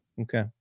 okay